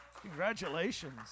congratulations